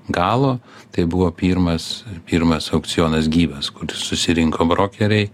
galo tai buvo pirmas pirmas aukcionas gyvas kur susirinko brokeriai